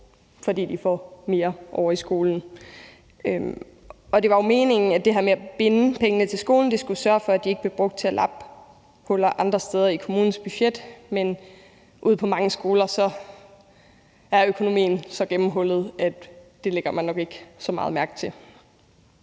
fordi de får mere ovre i skolen. Det var meningen, at det her med at binde pengene til skolen skulle sørge for, at de ikke blev brugt til at lappe huller andre steder i kommunens budget, men ude på mange skoler er økonomien så gennemhullet, at det lægger man nok ikke så meget mærke til.